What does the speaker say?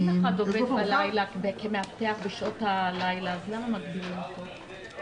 אם אחד עובד בלילה כמאבטח בשעות הלילה אז למה מגבילים אותו?